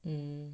mm